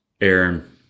Aaron